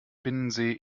binnensee